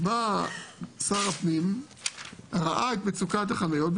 בא שר הפנים וראה את מצוקת החניות,